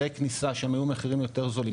כניסה שהם היו מחירים יותר זולים,